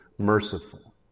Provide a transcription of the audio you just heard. merciful